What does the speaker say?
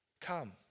Come